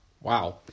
Wow